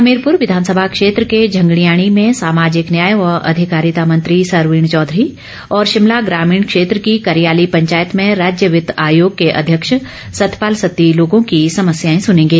हमीरपुर विधानसभा क्षेत्र के झंगड़ियाणी में सामाजिक न्याय व अधिकारिता मंत्री सरवीण चौधरी और शिमला ग्रामीण क्षेत्र की करियाली पंचायत में राज्य वित्त आयोग के अध्यक्ष सत्तपाल सत्ती लोगों की समस्याएं सुनेंगे